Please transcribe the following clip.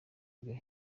byo